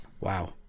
wow